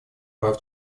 прав